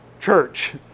church